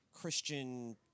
Christian